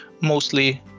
Mostly